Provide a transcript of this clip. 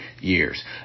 years